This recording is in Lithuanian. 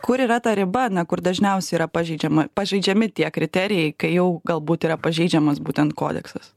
kur yra ta riba kur dažniausiai yra pažeidžiama pažeidžiami tie kriterijai kai jau galbūt yra pažeidžiamas būtent kodeksas